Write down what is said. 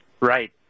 Right